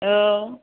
औ